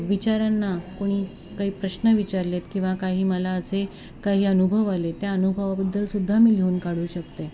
विचारांना कोणी काही प्रश्न विचारलेत किंवा काही मला असे काही अनुभव आले त्या अनुभवाबद्दल सुुद्धा मी लिहून काढू शकते